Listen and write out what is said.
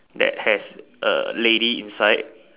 that has a lazy inside